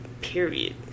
period